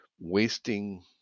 wasting